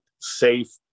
safe